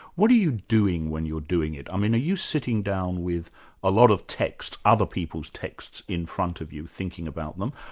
what are you doing when you're doing it? i mean, are you sitting down with a lot of text, other people's texts, in front of you, thinking about them,